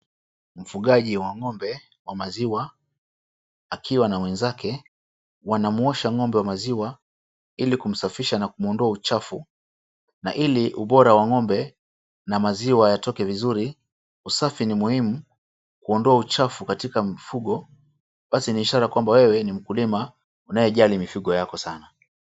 Mfugaji wa ng'ombe wa maziwa akiwa na mwenzake wanamuosha ng'ombe wa maziwa ili kumsafisha na kumuondoa uchafu na ili ubora wa ng'ombe na maziwa yatoke vizuri. Usafi ni muhimu kuondoa uchafu katika mfugo basi ni ishara kwamba wewe ni mkulima unayejali mifugo yako sana.